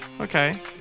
Okay